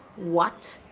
what?